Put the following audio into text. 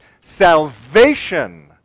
salvation